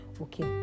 okay